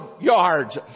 yards